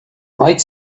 might